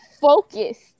focused